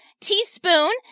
Teaspoon